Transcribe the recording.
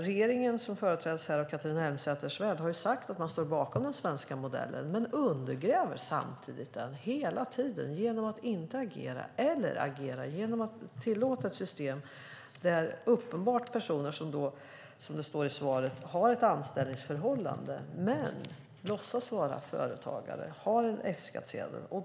Regeringen, som här företräds av Catharina Elmsäter-Svärd, har sagt att man står bakom den svenska modellen men undergräver den samtidigt hela tiden genom att inte agera eller agera genom att tillåta ett system där personer uppenbart, som det står i svaret, har ett anställningsförhållande men låtsas vara företagare och har en F-skattsedel.